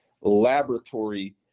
laboratory